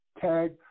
tag